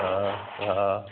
हा हा